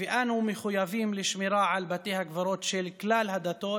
ואנו מחויבים לשמירה על בתי הקברות של כלל הדתות